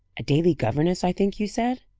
a daily governess, i think you said?